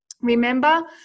Remember